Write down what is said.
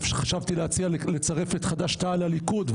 חשבתי להציע לצרף את חד"ש-תע"ל לליכוד,